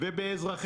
זה גם קריטי.